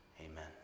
Amen